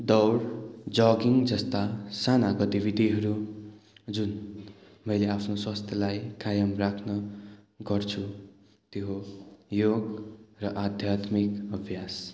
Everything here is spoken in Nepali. दौड जगिङ जस्ता साना गतिविधिहरू जुन मैले आफ्नो स्वस्थ्यलाई कायम राख्न गर्छु त्यो योग र आध्यात्मिक अभ्यास